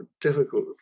difficult